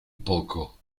poco